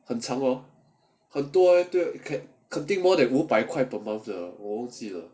很长 hor 肯定 more than 五百块 per month 的我忘记了